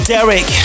Derek